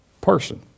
person